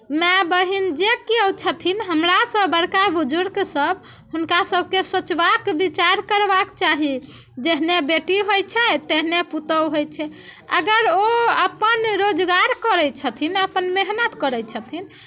माए बहिन जे किओ छथिन हमरासँ बड़का बुजुर्गसभ हुनका सभके सोचबाक विचार करबाक चाही जेहने बेटी होइ छै तेहने पुतहु होइत छै अगर ओ अपन रोजगार करै छथिन अपन मेहनत करै छथिन